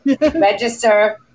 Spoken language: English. Register